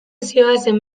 zihoazen